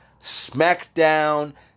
SmackDown